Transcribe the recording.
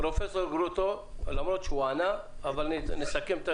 פרופסור גרוטו, אנא סכם.